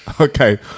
Okay